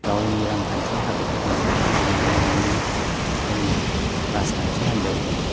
गावनि रांखान्थि हालोदखौ बांसिन नोजोर होनाय जों नुनो मोनो ओंखायनो राजखान्थि हान्जायावबो